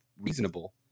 reasonable